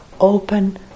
open